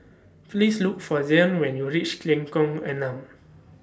Please Look For Zion when YOU REACH Lengkong Enam